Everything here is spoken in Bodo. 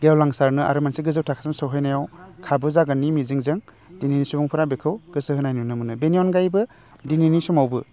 गेवलांसारनो आरो मोनसे गोजौ थाखोसिम सौहैनायाव खाबु जागोननि मिजिंजों दिनैनि सुबुंफोरा बेखौ गोसो होनाय नुनो मोनो बेनि अनगायैबो दिनैनि समावबो